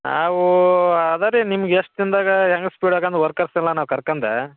ನಾವು ಅದೇ ರಿ ನಿಮ್ಗೆ ಎಷ್ಟು ದಿನದಾಗೆ ಹೆಂಗೆ ಸ್ಪೀಡಾಗಂದು ವರ್ಕರ್ಸ್ ಎಲ್ಲ ನಾವು ಕರ್ಕೊಂಡು